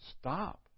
stop